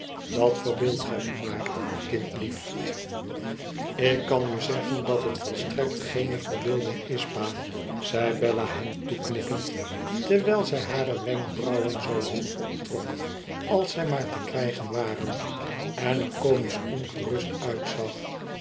dat verbeeldt gij u maar kindlief ikkan u zeggen dat het volstrekt geene verbeelding is pa zei bella hem toeknikkend terwijl zij hare wenkbrauwen zoo hoog optrok als zij maar te krijgen waren en er comisch ongerust uitzag